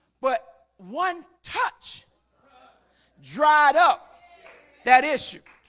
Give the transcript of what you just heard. but one touch dried up that issue